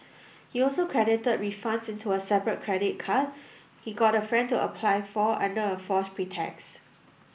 he also credited refunds into a separate credit card he got a friend to apply for under a false pretext